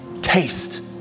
taste